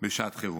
בשעת חירום.